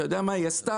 אתה יודע מה היא עשתה?